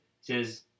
says